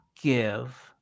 give